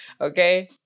Okay